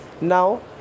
now